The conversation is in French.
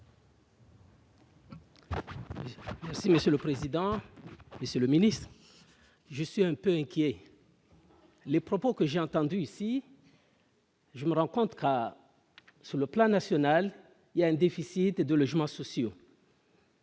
Ce monsieur le président, monsieur le ministre, je suis un peu inquiet, les propos que j'ai entendu ici. Je me rends compte que sur le plan national, il y a un déficit de logements sociaux.